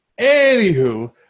Anywho